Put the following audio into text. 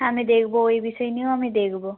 হ্যাঁ আমি দেখব ওই বিষয় নিয়েও আমি দেখব